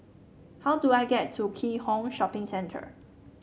how do I get to Keat Hong Shopping Centre